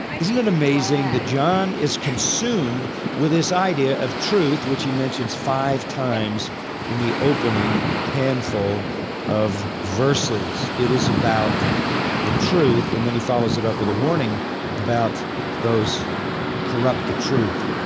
isn't it amazing that john is consumed with this idea of truth which he mentions five times in the opening handful of verses? it is about the truth, and then he follows it up with a warning about those who corrupt the truth.